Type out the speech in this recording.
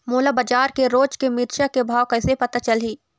मोला बजार के रोज के मिरचा के भाव कइसे पता चलही?